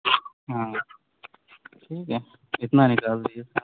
ہاں ٹھیک ہے اتنا نکال دیجیے صاحب